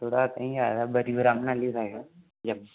रातीं आए दा बड़ी ब्रह्मणा आह्ली साइड